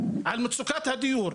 על מצוקת הדיור,